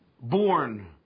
Born